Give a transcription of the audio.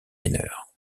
mineure